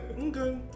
Okay